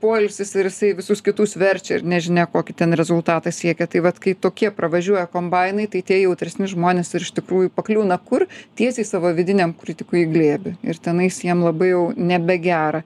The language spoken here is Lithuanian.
poilsis ir jisai visus kitus verčia ir nežinia kokį ten rezultatą siekia tai vat kai tokie pravažiuoja kombainai tai tie jautresni žmonės ir iš tikrųjų pakliūna kur tiesiai savo vidiniam kritikui į glėbį ir tenais jiem labai jau nebegera